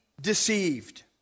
deceived